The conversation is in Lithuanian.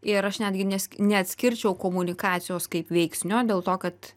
ir aš netgi nes neatskirčiau komunikacijos kaip veiksnio dėl to kad